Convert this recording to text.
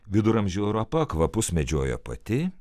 viduramžių europa kvapus medžiojo pati